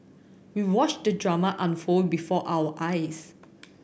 we watched the drama unfold before our eyes